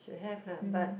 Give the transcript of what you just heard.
should have lah but